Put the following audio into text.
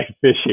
fishing